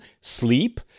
sleep